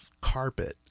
carpet